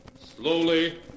Slowly